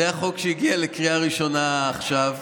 זה החוק שהגיע לקריאה ראשונה עכשיו,